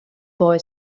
boy